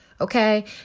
Okay